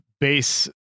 base